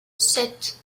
sept